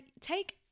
take